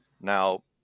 Now